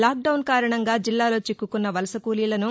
lock down కారణంగా జిల్లాలో చిక్కుకున్న వలస కూలీలను